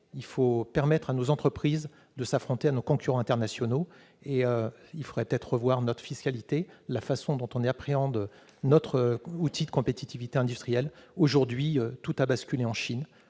faut permettre à nos entreprises de s'affronter à nos concurrents internationaux ! Pour ce faire, peut-être faudrait-il revoir notre fiscalité et la façon dont on appréhende notre outil de compétitivité industrielle. Aujourd'hui, tout a basculé à cause